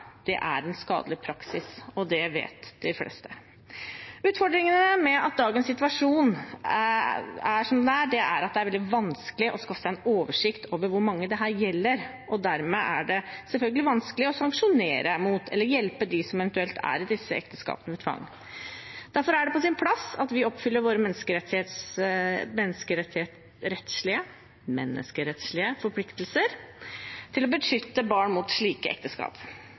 er en skadelig praksis, og det vet de fleste. Utfordringene med at dagens situasjon er som den er, er at det er veldig vanskelig å få en oversikt over hvor mange dette gjelder, og dermed er det selvfølgelig vanskelig å sanksjonere mot eller hjelpe dem som eventuelt er i disse ekteskapene under tvang. Derfor er det på sin plass at vi oppfyller våre menneskerettslige forpliktelser for å beskytte barn mot slike ekteskap